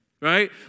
right